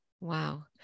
Wow